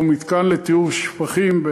או מתקן לטיהור שפכים,